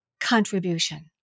contribution